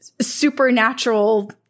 supernatural